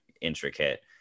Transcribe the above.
intricate